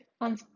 on